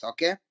Okay